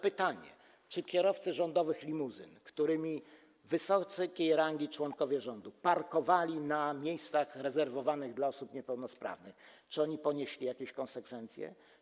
Pytanie: Czy kierowcy rządowych limuzyn, którymi wysokiej rangi członkowie rządu parkowali na miejscach rezerwowanych dla osób niepełnosprawnych, ponieśli jakieś konsekwencje?